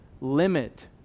limit